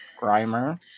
Grimer